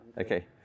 Okay